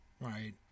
Right